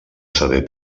saber